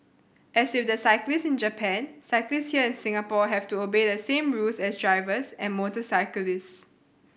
as with the cyclists in Japan cyclists here in Singapore have to obey the same rules as drivers and motorcyclists